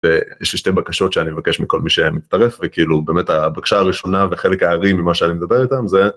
יש לי שתי בקשות שאני מבקש מכל מי שמצטרף וכאילו באמת הבקשה הראשונה וחלק הערים ממה שאני מדבר איתם זה.